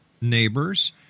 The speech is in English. neighbors